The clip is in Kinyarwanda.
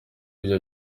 iyo